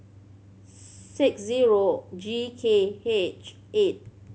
six zero G K H eight